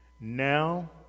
Now